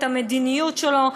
את המדיניות שלו,